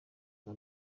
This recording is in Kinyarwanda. nka